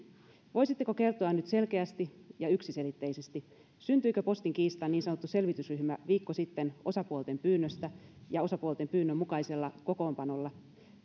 voisitteko kertoa nyt selkeästi ja yksiselitteisesti syntyikö postin kiistan niin sanottu selvitysryhmä viikko sitten osapuolten pyynnöstä ja osapuolten pyynnön mukaisella kokoonpanolla